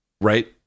right